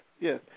Yes